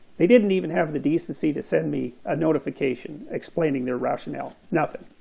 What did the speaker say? they didn't even have the decency to send me a notification explaining their rationale, nothing.